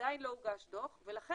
עדיין לא הוגש דוח ולכן